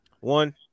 one